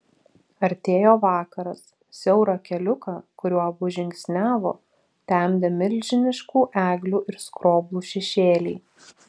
artėjo vakaras siaurą keliuką kuriuo abu žingsniavo temdė milžiniškų eglių ir skroblų šešėliai